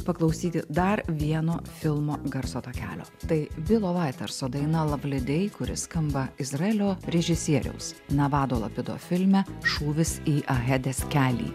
paklausyti dar vieno filmo garso takelio tai vilo vaiterso daina lavli dei kuri skamba izraelio režisieriaus navado lapido filme šūvis į ahedės kelį